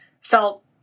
felt